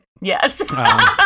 Yes